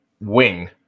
wing